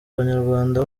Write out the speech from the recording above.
abanyarwanda